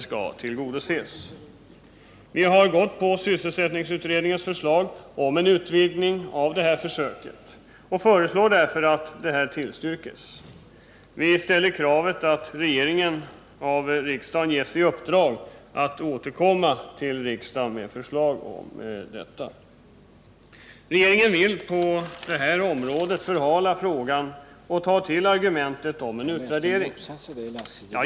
Vi har anslutit oss till sysselsättningsutredningens förslag om en utvidgning av Södertäljeförsöket och ställer kravet att regeringen av riksdagen ges i uppdrag att återkomma till riksdagen med förslag härom. Regeringen vill förhala frågan och tar då till argumentet om en utvärdering.